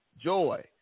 joy